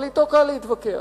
אבל אתו קל להתווכח.